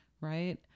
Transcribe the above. right